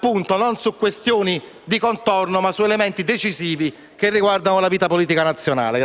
non su questioni di contorno, ma su elementi decisivi che riguardano la vita politica nazionale.